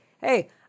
hey